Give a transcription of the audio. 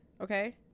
okay